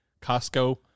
Costco